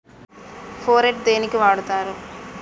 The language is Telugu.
ఫోరెట్ దేనికి వాడుతరు?